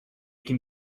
can